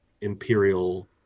imperial